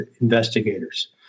investigators